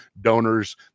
donors